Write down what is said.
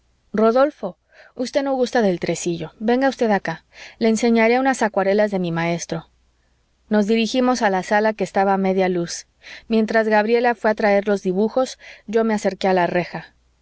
rodolfo usted no gusta del tresillo venga usted acá le enseñaré unas acuarelas de mi maestro nos dirigimos a la sala que estaba a media luz mientras gabriela fué a traer los dibujos yo me acerqué a la reja